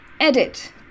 Edit